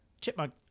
Chipmunk